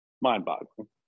mind-boggling